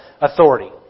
authority